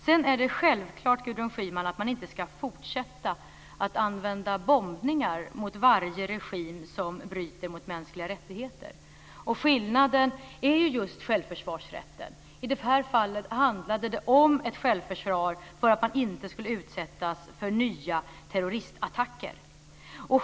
Sedan är det självklart att man inte ska fortsätta att använda bombningar mot varje regim som bryter mot mänskliga rättigheter. Skillnaden är just självförsvarsrätten. I det här fallet handlade det om ett självförsvar mot att man inte skulle utsättas för nya terroristattacker.